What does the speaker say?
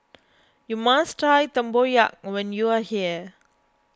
you must try Tempoyak when you are here